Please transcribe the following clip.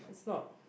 sort